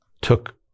took